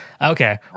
Okay